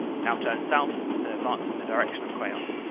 now turned south and advanced in the direction of queant.